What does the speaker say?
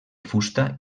fusta